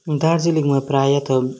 दार्जिलिङमा प्रायः त